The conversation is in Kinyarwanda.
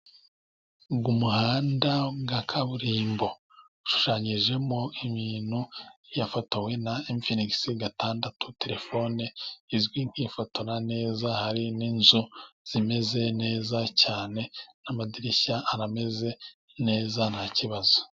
Uyu muhanda wa kaburimbo ushushanyijemo ibintu byafotowe na Infnix gatandatu telefone izwi nkifotora neza, hari n'inzu zimeze neza cyane n'amadirishya ameze neza nta kibazo.